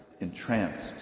entranced